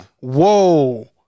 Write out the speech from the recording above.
Whoa